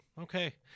Okay